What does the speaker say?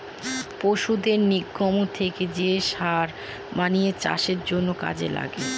পশুদের নির্গমন থেকে যে সার বানিয়ে চাষের জন্য কাজে লাগে